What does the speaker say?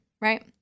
right